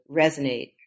resonate